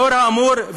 לאור האמור,